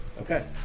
Okay